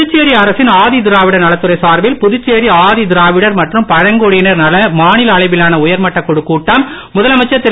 புதுச்சேரி அரசின் ஆதி திராவிடர் நலத்துறை சார்பில் புதுச்சேரி ஆதி திராவிடர் மற்றும் பழங்குடியினர் நல மாநில அளவிலான உயர்மட்ட குழு கூட்டம் முதலமைச்சர் திரு